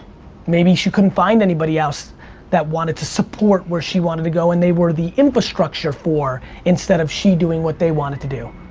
maybe she couldn't find anybody else that wanted to support where she wanted to go and they were the infrastructure for her instead of she doing what they wanted to do.